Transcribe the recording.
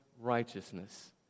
righteousness